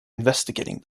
investigating